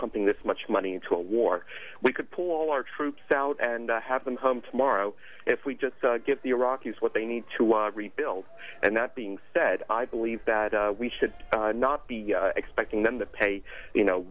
pumping this much money into a war we could pull our troops out and have them home tomorrow if we just give the iraq is what they need to rebuild and that being said i believe that we should not be expecting them to pay you know